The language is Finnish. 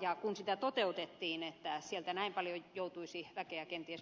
ja kun sitä toteutettiin että sieltä näin paljon joutuisi väkeä kenties lähtemään